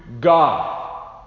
God